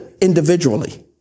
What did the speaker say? individually